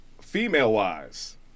Female-wise